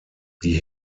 die